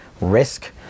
risk